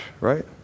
right